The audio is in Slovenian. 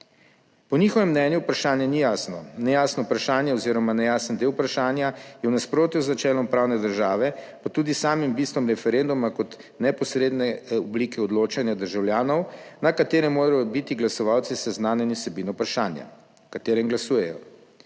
Po njihovem mnenju vprašanje ni jasno. Nejasno vprašanje oziroma nejasen del vprašanja je v nasprotju z načelom pravne države pa tudi s samim bistvom referenduma kot neposredne oblike odločanja državljanov, na kateri morajo biti glasovalci seznanjeni z vsebino vprašanja, o katerem glasujejo.